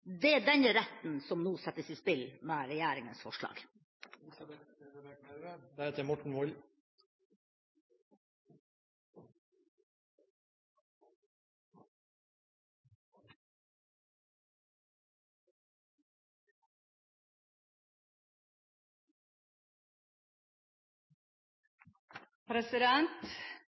Det er den retten som nå settes i spill med regjeringas forslag.